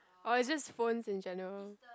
or is just phones in general